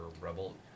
rebel